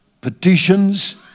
petitions